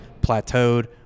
plateaued